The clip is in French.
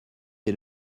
est